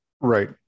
right